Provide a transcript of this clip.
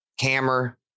hammer